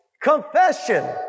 Confession